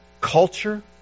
culture